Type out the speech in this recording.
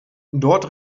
dort